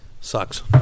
Sucks